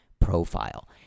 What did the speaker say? profile